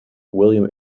william